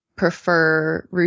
Prefer